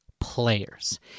players